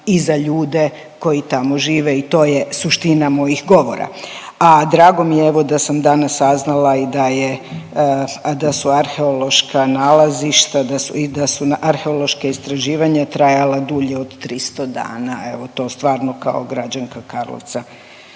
i za ljude koji tamo žive i to je suština mojih govora. A drago mi je evo da sam danas saznala i da je, da su arheološka nalazišta i da su arheološka istraživanja trajala dulje od 300 dana. Evo to stvarno kao građanka Karlovca